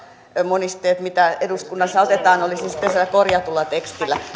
monisteet mitä eduskunnassa otetaan olisivat sitten sillä korjatulla tekstillä